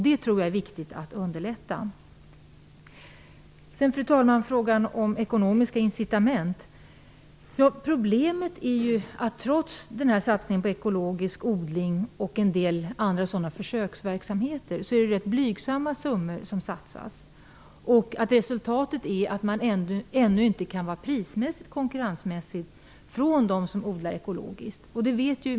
Det är viktigt att detta underlättas. Fru talman! Beträffande ekonomiska incitament är problemet, trots satsningen på ekologisk odling och en del andra försöksverksamheter, att det är ganska blygsamma summor som satsas. Resultatet är att de som odlar ekologiskt ännu inte kan konkurrera prismässigt.